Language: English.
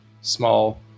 small